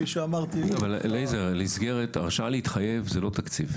אבל, אליעזר, הרשאה להתחייב זה לא תקציב.